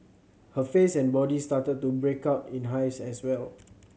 her face and body started to break out in hives as well